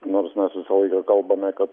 nors mes visą laiką kalbame kad